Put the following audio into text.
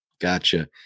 gotcha